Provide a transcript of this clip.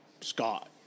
Scott